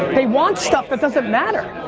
they want stuff that doesn't matter.